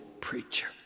preacher